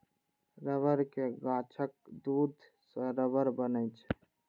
रबड़ के गाछक दूध सं रबड़ बनै छै